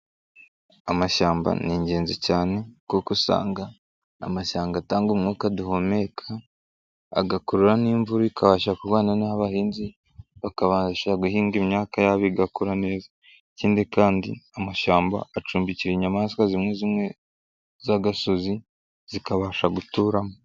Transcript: Amashyamba ni ingenzi cyane kuko usanga amashyamba atanga umwuka duhumeka, agakurura n'imvura ikabasha kubana n'abahinzi bakabasha agahinga imyakaka yabo igakora neza, ikindi kandi amashyamba acumbikira inyamaswa zimwe zimwe z'agasozi zikabasha guturamo.